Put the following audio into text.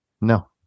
No